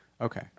Okay